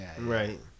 right